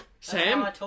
Sam